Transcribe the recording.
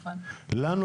לנו,